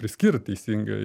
priskirt teisingai